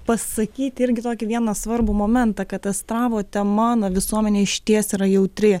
pasakyti irgi tokį vieną svarbų momentą kad astravo tema na visuomenei išties yra jautri